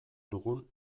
dugun